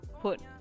put